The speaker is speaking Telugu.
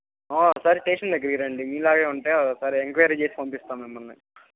అమ్మా ఓసారి స్టేషన్ దగ్గరకి రండి మీలాగే ఉంటే ఓసారి ఎంక్వైరీ చేసి పంపిస్తాము మిమ్మల్ని